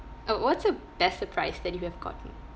oh what's the best surprise that you have gotten